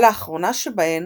על האחרונה שבהן